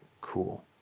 cool